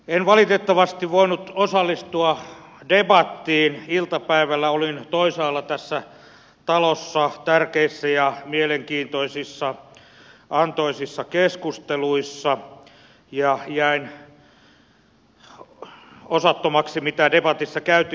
en valitettavasti voinut osallistua debattiin iltapäivällä olin toisaalla tässä talossa tärkeissä ja mielenkiintoisissa antoisissa keskusteluissa ja jäin osattomaksi siitä mitä debatissa käytiin